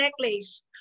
necklace